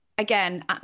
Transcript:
Again